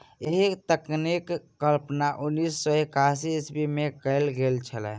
एहि तकनीकक कल्पना उन्नैस सौ एकासी ईस्वीमे कयल गेल छलै